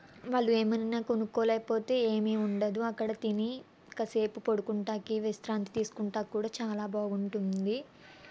వాళ్ళు ఏమన్నా కొనుక్కోలేకపోతే ఏమీ ఉండదు అక్కడ తిని కాసేపు పడుకోవడానికి విశ్రాంతి తీసుకోవడానికి కూడా చాలా బాగుంటుంది